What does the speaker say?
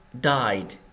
died